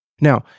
Now